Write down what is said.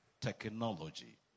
technology